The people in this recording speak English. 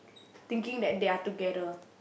thinking that they're together